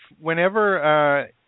whenever